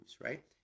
right